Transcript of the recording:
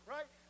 Right